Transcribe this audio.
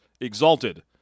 Exalted